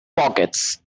pockets